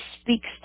speaks